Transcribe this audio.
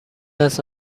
است